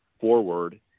forward